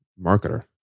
marketer